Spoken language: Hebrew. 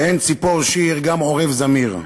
"באין ציפור שיר, גם עורב זמיר"